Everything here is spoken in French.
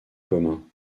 commun